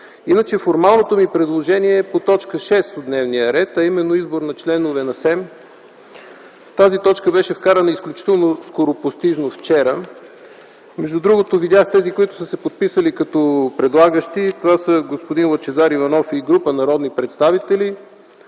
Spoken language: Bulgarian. Формалното ми предложение е по т. 6 от дневния ред, а именно – избор на членове на Съвета за електронни медии. Тази точка беше вкарана изключително скоропостижно вчера. Между другото видях тези, които са се подписали като предлагащи – това са господин Лъчезар Иванов и група народни представители.